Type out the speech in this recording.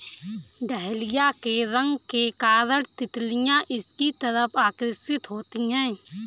dahlia के रंग के कारण तितलियां इसकी तरफ आकर्षित होती हैं